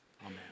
amen